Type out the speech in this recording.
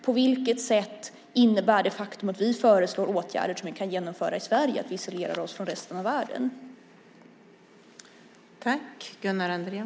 På vilket sätt innebär det faktum att vi föreslår åtgärder som vi kan genomföra i Sverige att vi isolerar oss från resten av världen?